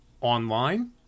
online